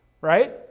right